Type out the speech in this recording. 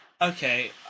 Okay